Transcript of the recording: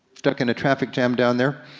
stuck in a traffic jam down there,